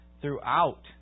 throughout